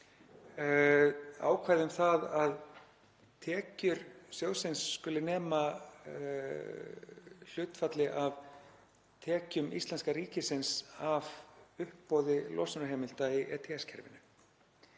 ákvæði um það að tekjur sjóðsins skuli nema hlutfalli af tekjum íslenska ríkisins af uppboði losunarheimilda í ETS-kerfinu.